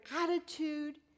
attitude